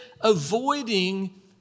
avoiding